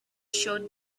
showed